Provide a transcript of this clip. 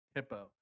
Hippo